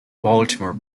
baltimore